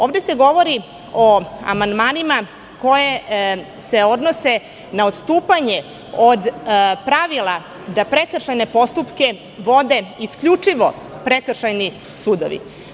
Ovde se govori o amandmanima koji se odnose na odstupanje od pravila da prekršajne postupke vode isključivo prekršajni sudovi.